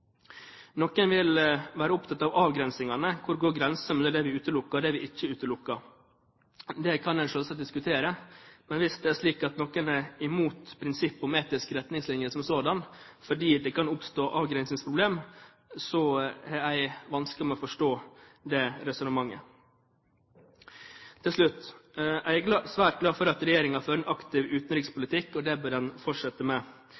Noen vil være opptatt av avgrensningene. Hvor går grensen mellom det vi utelukker, og det vi ikke utelukker? Det kan en selvsagt diskutere. Men hvis det er slik at noen er imot prinsippet om etiske retningslinjer som sådant fordi det kan oppstå et avgrensningsproblem, har jeg vanskelig for å forstå det resonnementet. Til slutt: Jeg er svært glad for at regjeringen fører en aktiv utenrikspolitikk, og det bør den fortsette med.